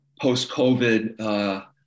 post-COVID